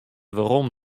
werom